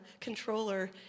controller